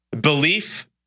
belief